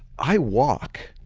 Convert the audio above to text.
i walk.